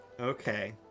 Okay